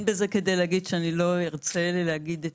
אין בזה כדי להגיד שאני לא ארצה להגיד את